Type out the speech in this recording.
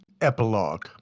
epilogue